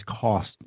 cost